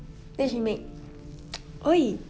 then she make !oi!